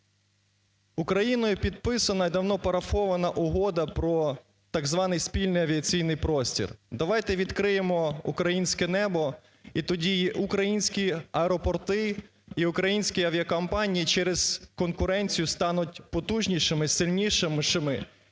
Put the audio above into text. Україною підписана і давно парафована угода про так званий спільний авіаційний простір. Давайте відкриємо українське небо, і тоді українські аеропорти і українські авіакомпанії через конкуренцію стануть потужнішими, сильнішими і